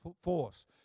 force